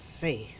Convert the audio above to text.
faith